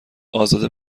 ازاده